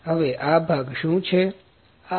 હવે આ ભાગ શું છે